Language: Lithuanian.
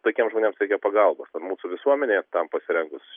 tokiems žmonėms reikia pagalbos ar mūsų visuomenė tam pasirengus